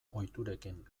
ohiturekin